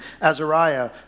Azariah